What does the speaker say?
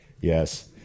Yes